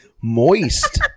moist